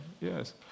yes